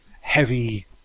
heavy